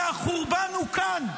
כי החורבן הוא כאן,